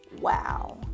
Wow